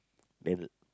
then would